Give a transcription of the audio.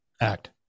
act